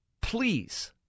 Please